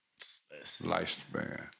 lifespan